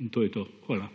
In to je to. Hvala.